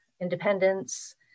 independence